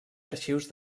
arxius